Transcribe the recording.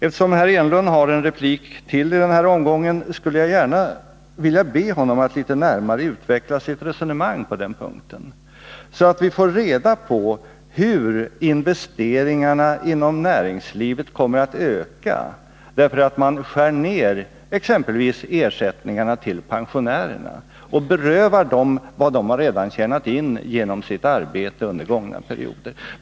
Eftersom herr Enlund har en replik till i den här omgången, skulle jag gärna vilja be honom att litet närmare utveckla sitt resonemang på den punkten, så att vi får reda på hur investeringarna inom näringslivet kommer att öka genom att man exempelvis skär ned ersättningarna till pensionärerna och berövar dem vad de redan har tjänat in på sitt arbete under gångna perioder.